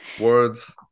Words